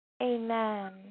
Amen